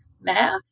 math